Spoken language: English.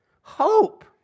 Hope